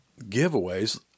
giveaways